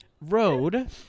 road